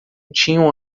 tinham